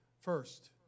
First